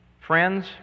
Friends